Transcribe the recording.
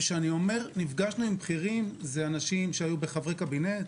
וכשאני אומר שנפגשנו עם בכירים זה אנשים שהיו חברי קבינט,